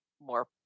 more